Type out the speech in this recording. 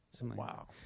Wow